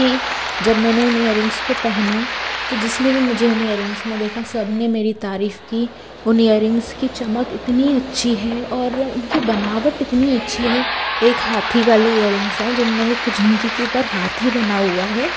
कि जब मैंने उन एयरिंग्स को पहना तो जिसने भी मुझे उन एयरिंग्स में देखा सबने मेरी तारीफ की उन एयरिंग्स की चमक इतनी अच्छी है और उनकी बनावट इतनी अच्छी है एक हाथी वाली एयरिंग्स है जिनमें एक झुमकी के ऊपर हाथी बना हुआ है